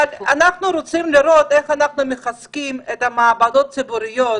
אבל אנחנו רוצים לראות איך אנחנו מחזקים את המעבדות הציבוריות,